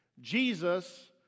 Jesus